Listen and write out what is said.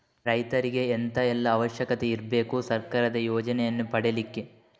ರೈತರಿಗೆ ಎಂತ ಎಲ್ಲಾ ಅವಶ್ಯಕತೆ ಇರ್ಬೇಕು ಸರ್ಕಾರದ ಯೋಜನೆಯನ್ನು ಪಡೆಲಿಕ್ಕೆ?